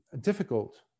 difficult